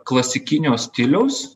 klasikinio stiliaus